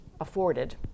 afforded